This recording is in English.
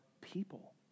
people